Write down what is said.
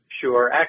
Sure